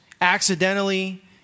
accidentally